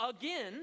again